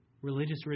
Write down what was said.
religious